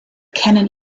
kennen